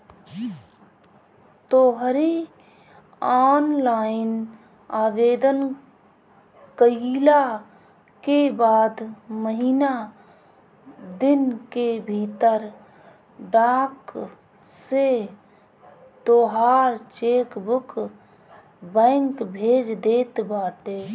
तोहरी ऑनलाइन आवेदन कईला के बाद महिना दिन के भीतर डाक से तोहार चेकबुक बैंक भेज देत बाटे